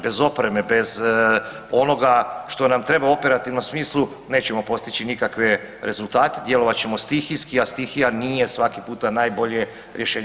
Bez opreme, bez onoga što nam treba u operativnom smislu, nećemo postići nikakve rezultate, djelovat ćemo stihijski a stihija nije svaki puta najbolje rješenje.